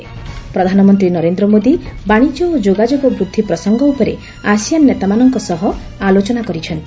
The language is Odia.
ପ୍ରଧାନମନ୍ତ୍ରୀ ନରେନ୍ଦ୍ର ମୋଦି ବାଣିଜ୍ୟ ଓ ଯୋଗାଯୋଗ ବୃଦ୍ଧି ପ୍ରସଙ୍ଗ ଉପରେ ଆସିଆନ୍ ନେତାମାନଙ୍କ ସହ ଆଲୋଚନା କରିଛନ୍ତି